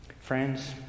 Friends